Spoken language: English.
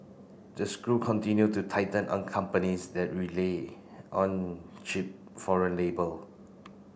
the screw continue to tighten on companies that relay on cheap foreign labour